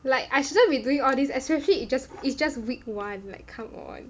like I shouldn't be doing all this especially it just is just week one like come on